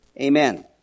Amen